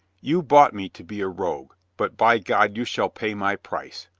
you bought me to be a rogue, but by god you shall pay my price.